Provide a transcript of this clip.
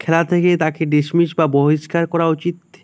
খেলা থেকে তাকে ডিসমিস বা বহিষ্কার করা উচিত